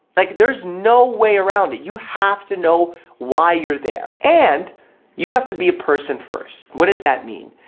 like there's no way around it, you have to know why you're there. and you have to be a person first. what does that mean?